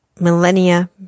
millennia